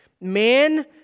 Man